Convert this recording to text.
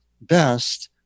best